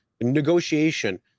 negotiation